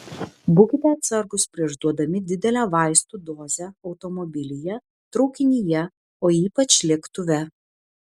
būkite atsargūs prieš duodami didelę vaistų dozę automobilyje traukinyje o ypač lėktuve